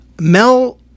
Mel